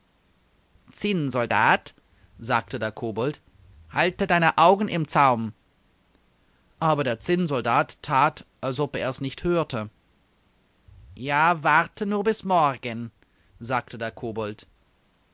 zinnsoldat sagte der kobold halte deine augen im zaum aber der zinnsoldat that als ob er es nicht hörte ja warte nur bis morgen sagte der kobold